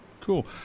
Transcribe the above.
Cool